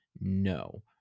No